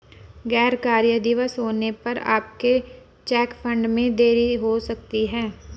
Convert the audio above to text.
गैर कार्य दिवस होने पर आपके चेक फंड में देरी हो सकती है